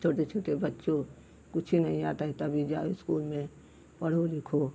छोटे छोटे बच्चों कुछ नहीं आता तभी जाओ स्कूल में पढ़ो लिखो